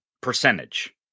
percentage